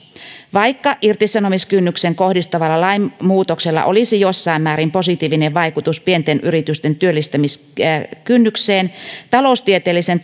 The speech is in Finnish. vaikka irtisanomiskynnykseen kohdistuvalla lainmuutoksella olisi jossakin määrin positiivinen vaikutus pienten yritysten työllistämiskynnykseen taloustieteellisen